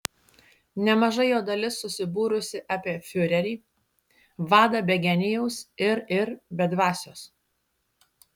nemaža jo dalis susibūrusi apie fiurerį vadą be genijaus ir ir be dvasios